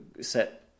set